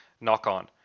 knock-on